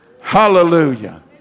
Hallelujah